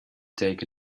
take